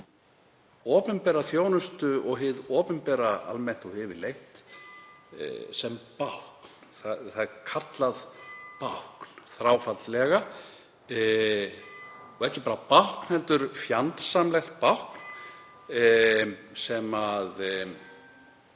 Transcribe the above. opinbera þjónustu og hið opinbera almennt og yfirleitt sem bákn. Það er þráfaldlega kallað bákn, og ekki bara bákn heldur fjandsamlegt bákn sem